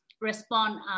respond